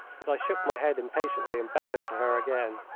but i shook my head impatiently and beckoned to her again.